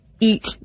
eat